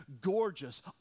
gorgeous